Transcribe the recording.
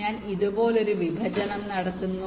ഞാൻ ഇതുപോലൊരു വിഭജനം നടത്തുന്നു